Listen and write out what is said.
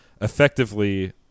effectively